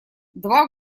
два